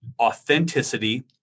authenticity